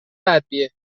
ادویه